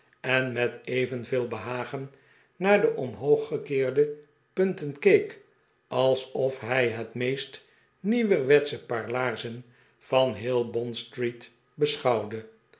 en met evenveel behagen naar de omhooggekeerde punten keek alsof hij het meest nieuwerwetsche paar laarzen van geheel bondstreet beschouwde